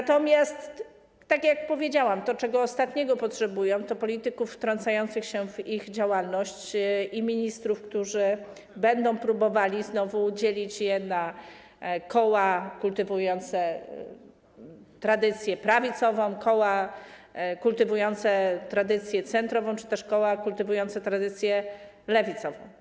Natomiast, tak jak powiedziałam, to, czego potrzebują w ostatniej kolejności, to polityków wtrącających się w ich działalność i ministrów, którzy będą próbowali znowu dzielić je na koła kultywujące tradycję prawicową, koła kultywujące tradycję centrową czy też koła kultywujące tradycję lewicową.